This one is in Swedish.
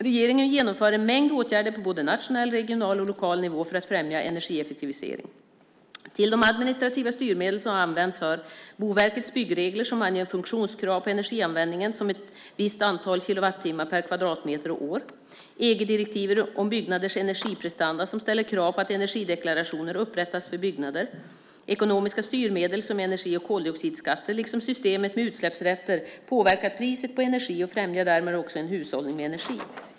Regeringen genomför en mängd åtgärder på både nationell, regional och lokal nivå för att främja energieffektivisering. Till de administrativa styrmedel som används hör: Boverkets byggregler som anger funktionskrav på energianvändningen som ett visst antal kilowattimme per kvadratmeter och år. EG-direktivet om byggnaders energiprestanda som ställer krav på att energideklarationer upprättas för byggnader. Ekonomiska styrmedel som energi och koldioxidskatter och systemet med utsläppsrätter som påverkar priset på energi och främjar därmed också en hushållning med energi.